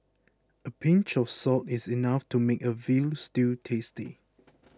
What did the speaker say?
a pinch of salt is enough to make a Veal Stew tasty